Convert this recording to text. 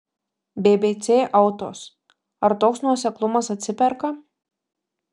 bbc autos ar toks nuoseklumas atsiperka